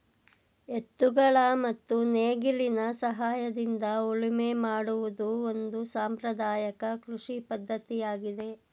ಎತ್ತುಗಳ ಮತ್ತು ನೇಗಿಲಿನ ಸಹಾಯದಿಂದ ಉಳುಮೆ ಮಾಡುವುದು ಒಂದು ಸಾಂಪ್ರದಾಯಕ ಕೃಷಿ ಪದ್ಧತಿಯಾಗಿದೆ